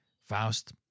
Faust